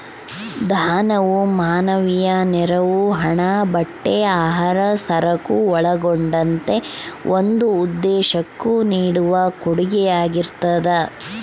ದಾನವು ಮಾನವೀಯ ನೆರವು ಹಣ ಬಟ್ಟೆ ಆಹಾರ ಸರಕು ಒಳಗೊಂಡಂತೆ ಒಂದು ಉದ್ದೇಶುಕ್ಕ ನೀಡುವ ಕೊಡುಗೆಯಾಗಿರ್ತದ